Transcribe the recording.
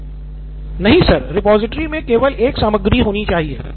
नितिन कुरियन नहीं sir repository में केवल एक सामग्री होनी चाहिए